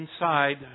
inside